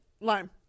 lime